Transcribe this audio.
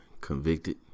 convicted